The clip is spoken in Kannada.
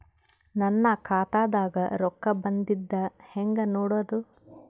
ನನ್ನ ಖಾತಾದಾಗ ರೊಕ್ಕ ಬಂದಿದ್ದ ಹೆಂಗ್ ನೋಡದು?